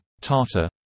tartar